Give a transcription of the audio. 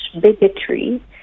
bigotry